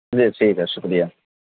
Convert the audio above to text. جی ٹھیک ہے شکریہ